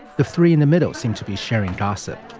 the three in the middle seem to be sharing gossip.